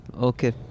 okay